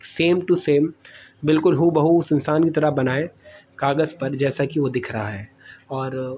same to same بالکل ہو بہ ہو اس انسان کی طرح بنائیں کاغذ پر جیسا کہ وہ دکھ رہا ہے اور